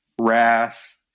wrath